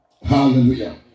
Hallelujah